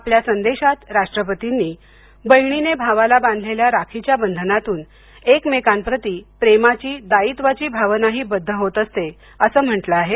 आपल्या संदेशात राष्ट्रपतींनी बहिणीने भावाला बांधलेल्या राखीच्या बंधनातून एकमेकांप्रती प्रेमाची दायीत्वाची भावनाही बद्ध होत असते असं म्हंटल आहे